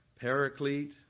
paraclete